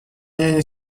няня